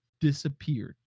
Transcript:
disappeared